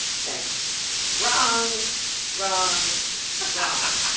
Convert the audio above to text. thanks wrong wrong wrong